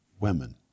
women